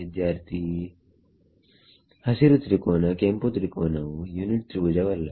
ವಿದ್ಯಾರ್ಥಿ ಹಸಿರು ತ್ರಿಕೋನ ಕೆಂಪು ತ್ರಿಭುಜವು ಯುನಿಟ್ ತ್ರಿಭುಜವಲ್ಲ